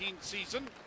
season